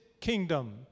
kingdom